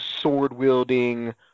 sword-wielding